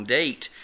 date